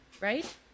right